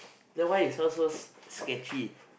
then why you sound so s~ s~ sketchy